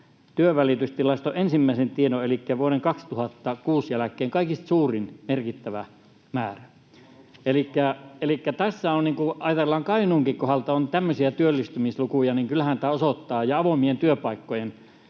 työnvälitystilaston ensimmäisen tiedon elikkä vuoden 2006 jälkeen kaikista suurin, merkittävä määrä. Elikkä kun ajatellaan, että Kainuunkin kohdalta on tämmöisiä työllistymislukuja ja avoimien työpaikkojen